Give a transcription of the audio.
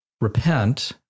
repent